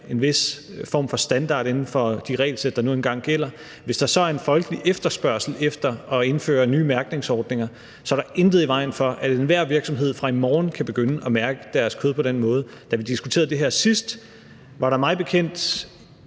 en vis form for standard inden for de regelsæt, der nu engang gælder. Hvis der så er en folkelig efterspørgsel efter at indføre nye mærkningsordninger, er der intet i vejen for, at enhver virksomhed fra i morgen kan begynde at mærke deres kød på den måde. Da vi diskuterede det her sidst, var der mig bekendt